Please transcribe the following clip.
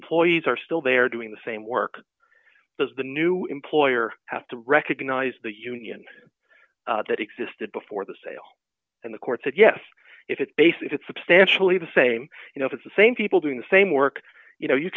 employees are still there doing the same work as the new employer have to recognize the union that existed before the sale and the court said yes if it based it's substantially the same you know if it's the same people doing the same work you know you